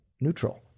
Neutral